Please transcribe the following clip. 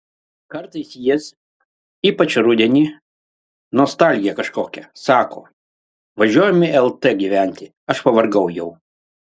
kartais jis ypač rudenį nostalgija kažkokia sako važiuojame į lt gyventi aš pavargau jau